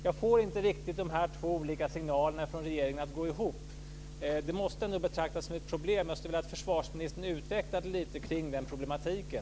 Jag får inte riktigt de två olika signalerna från regeringen att gå ihop. Det måste ändå betraktas som ett problem. Jag vill att försvarsministern utvecklar resonemanget lite kring den problematiken.